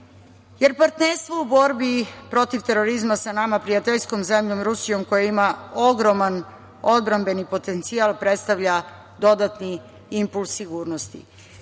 jer partnerstvo u borbi protiv terorizma sa nama prijateljskom zemljom Rusijom, koja ima ogroman odbrambeni potencijal, predstavlja dodatni impuls sigurnosti. Da